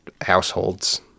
households